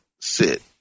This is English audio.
sit